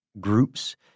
groups